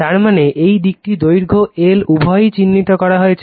তার মানে এই দিকটি দৈর্ঘ্য L উভয়ই চিহ্নিত করা আছে